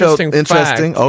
interesting